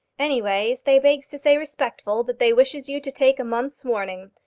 anyways, they begs to say respectful that they wishes you to take a month's warning.